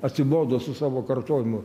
atsibodo su savo kartojimu